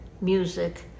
music